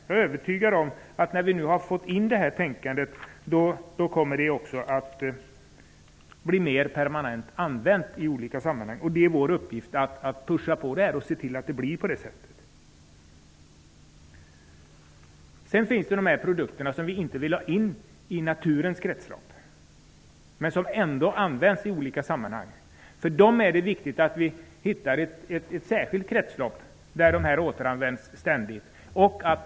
Jag är övertygad om att när vi har fått in det här tänkandet kommer det att bli mera permanent använt i olika sammanhang. Det är vår uppgift att driva på och se till att det blir så. Vidare finns det produkter som vi inte vill ha in i naturens kretslopp men som ändå används i olika sammanhang. Det är viktigt att vi hittar ett särskilt kretslopp där dess produkter ständigt kan återanvändas.